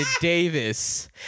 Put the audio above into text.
Davis